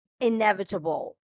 inevitable